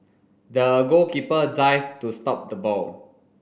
the goalkeeper dived to stop the ball